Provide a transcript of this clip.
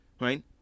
right